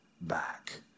back